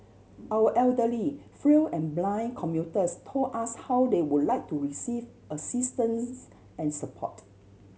our elderly frail and blind commuters told us how they would like to receive assistance and support